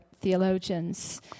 theologians